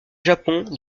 japon